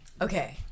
Okay